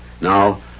Now